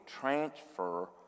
transfer